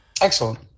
Excellent